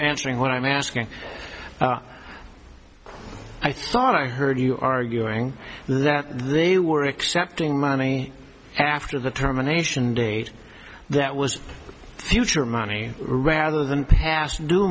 answering what i'm asking i thought i heard you arguing that they were accepting money after the terminations date that was future money rather than past d